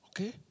Okay